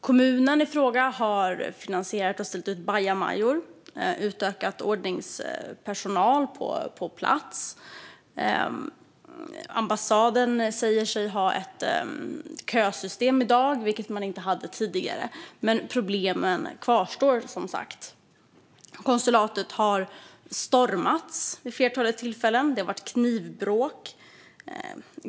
Kommunen i fråga har finansierat och ställt dit bajamajor och utökat ordningspersonal på plats. Ambassaden säger sig ha ett kösystem i dag, vilket man inte hade tidigare. Men problemen kvarstår, som sagt. Konsulatet har vid flertalet tillfällen stormats. Det har varit knivbråk.